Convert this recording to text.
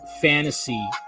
fantasy